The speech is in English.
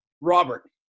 Robert